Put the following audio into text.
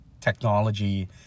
technology